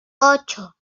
ocho